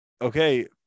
okay